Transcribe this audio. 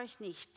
nicht